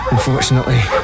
Unfortunately